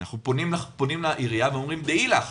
אנחנו פונים לעירייה ואומרים: דעי לך,